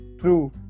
True